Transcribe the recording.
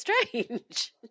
strange